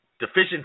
Deficiency